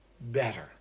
better